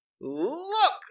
Look